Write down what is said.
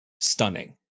stunning